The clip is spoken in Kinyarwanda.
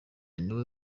niwe